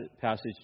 passage